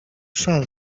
szal